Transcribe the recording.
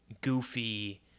goofy